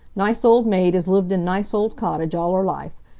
nice old maid has lived in nice old cottage all her life.